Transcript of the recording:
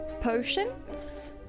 potions